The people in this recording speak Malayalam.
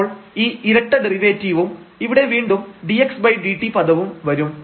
അപ്പോൾ ഈ ഇരട്ട ഡെറിവേറ്റീവും ഇവിടെ വീണ്ടും dxdt പദവും വരും